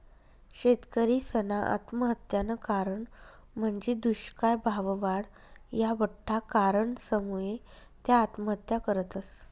शेतकरीसना आत्महत्यानं कारण म्हंजी दुष्काय, भाववाढ, या बठ्ठा कारणसमुये त्या आत्महत्या करतस